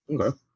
Okay